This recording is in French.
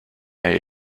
elle